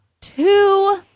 two